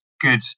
good